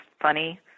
funny